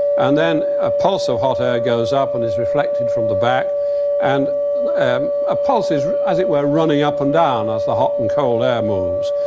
and then a pulse of so hot air goes up and is reflected from the back and um a pulse is, as it were, running up and down, as the hot and cold air moves.